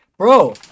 Bro